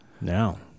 Now